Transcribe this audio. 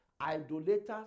idolaters